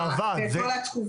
זה עבד.